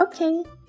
Okay